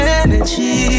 energy